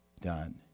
done